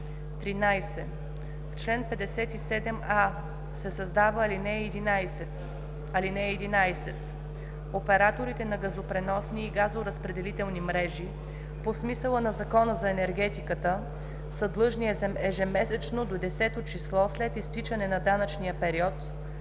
13. В чл. 57а се създава ал. 11: „(11) Операторите на газопреносни и газоразпределителни мрежи по смисъла на Закона за енергетиката са длъжни ежемесечно до 10-о число след изтичане на данъчния период